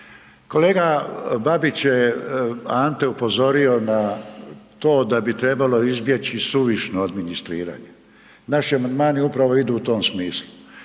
Kolega Babić je Ante upozorio na to da bi trebalo izbjeći suvišno administriranje. Naši amandmani upravo idu u tom smislu.